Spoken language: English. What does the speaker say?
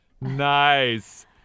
Nice